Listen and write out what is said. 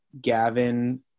Gavin